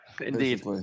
indeed